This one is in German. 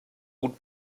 gut